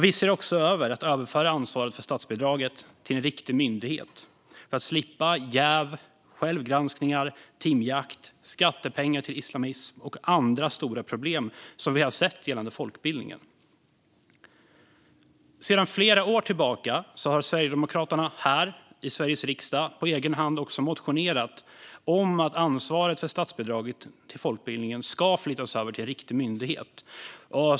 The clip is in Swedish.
Vi ser också över frågan om att överföra ansvaret för statsbidraget till en riktig myndighet för att slippa jäv, självgranskningar, timjakt, skattepengar till islamism och andra stora problem som vi har sett gällande folkbildningen. Sedan flera år tillbaka har Sverigedemokraterna här i Sveriges riksdag på egen hand motionerat om att ansvaret för statsbidraget till folkbildningen ska flyttas över till en riktig myndighet.